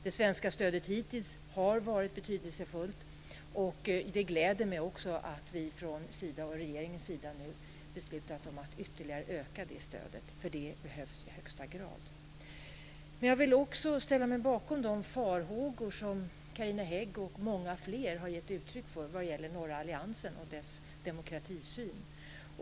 Det svenska stödet hittills har varit betydelsefullt. Det gläder mig att vi från vår sida och man från regeringens sida har beslutat om att ytterligare öka det stödet. Det behövs i högsta grad. Jag instämmer i de farhågor som Carina Hägg och många fler har gett uttryck för vad gäller norra alliansen och dess demokratisyn.